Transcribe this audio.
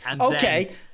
Okay